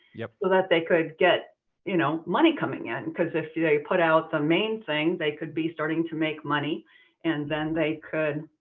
yeah so that they could get you know money coming in. cause if they put out the main thing, they could be starting to make money and then they could